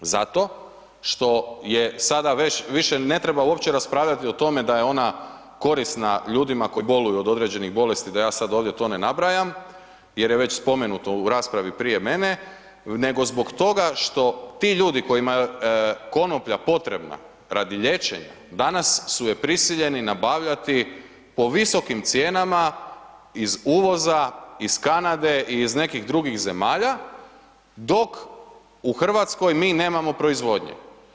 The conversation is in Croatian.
Zato što je sada već, više ne treba uopće raspravljati o tome da je ona korisna ljudima koji boluju od određenih bolesti, da ja sad ovdje to ne nabrajam jer je već spomenuto u raspravi prije mene, nego zbog toga što ti ljudi kojima je konoplja potrebna radi liječenja, danas su je prisiljeni nabavljati po visokim cijenama iz uvoza, iz Kanade i iz nekih drugih zemalja, dok u RH mi nemamo proizvodnje.